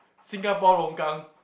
Singapore longkang